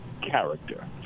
character